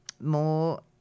more